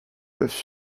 peuvent